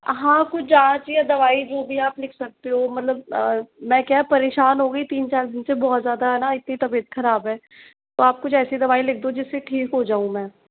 हाँ कुछ जाँच या दवाई वह भी आप लिख सकते हो मतलब मैं क्या परेशान हो गई तीन चार दिन से बहुत ज़्यादा है न इतनी तबीयत ख़राब है तो आप कुछ ऐसी दवाई लिख दो जिससे ठीक हो जाऊँ मैं